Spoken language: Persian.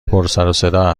پرسروصدا